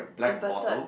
inverted